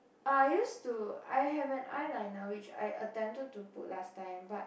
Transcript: I used to I have an eyeliner which I attempted to put last time but